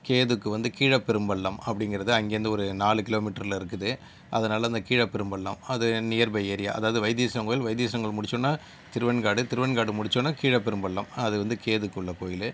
கேதுக்கு வந்து கீழப்பெரும்பள்ளம் அப்டிங்கிறது அங்கிருந்து ஒரு நாலு கிலோமீட்டரில் இருக்குது அதனால் அந்த கீழப்பெரும்பள்ளம் அது நியர் பை ஏரியா அதாவது வைத்தீஸ்வரன் கோவில் வைத்தீஸ்வரன் கோவில் முடித்தவுடனே திருவெண்காடு திருவெண்காடு முடித்தவுடனே கீழப்பெரும்பள்ளம் அது வந்து கேதுக்குள்ள கோவிலு